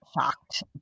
shocked